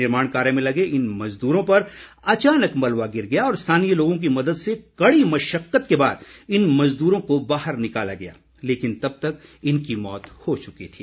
निर्माण कार्य में लगे इन मजदूरों पर अचानक मलबा गिर गया और स्थानीय लोगों की मदद से कड़ी मशक्कत के बाद इन मज़द्रों को बाहर निकाला गया लेकिन तब तक इनकी मौत हो चुकी थी